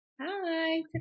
Hi